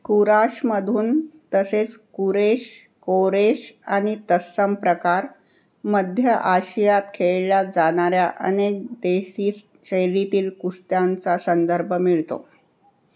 कुराशमधून तसेच कुरेश कोरेश आणि तत्सम प्रकार मध्य आशियात खेळल्या जाणाऱ्या अनेक देशी शैलीतील कुस्त्यांचा संदर्भ मिळतो